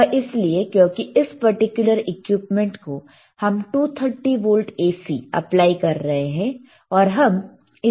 वह इसलिए क्योंकि इस पर्टिकुलर इक्विपमेंट को हम 230 वोल्ट AC अप्लाई कर रहे हैं